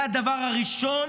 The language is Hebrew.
זה הדבר הראשון,